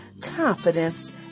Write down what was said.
confidence